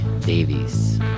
Davies